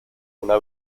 una